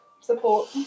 support